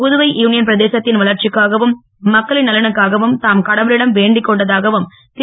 Puduvai union பிரதேசத்தின் வளர்ச்சிக்காகவும் மக்களின் நலனுக்காகவும் தாம் கடவுளிடம் வேண்டிக்கொண்டதாகவும் திரு